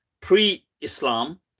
pre-islam